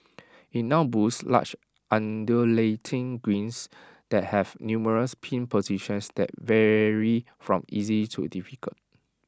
IT now boasts large undulating greens that have numerous pin positions that vary from easy to difficult